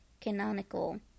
canonical